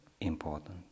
important